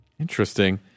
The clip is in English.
Interesting